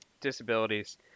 disabilities